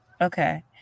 Okay